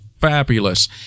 fabulous